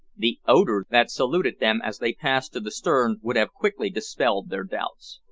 the odour that saluted them as they passed to the stern would have quickly dispelled their doubts.